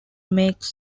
makes